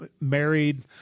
married